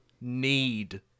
need